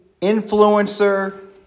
influencer